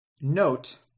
Note